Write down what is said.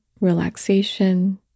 relaxation